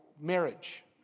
marriage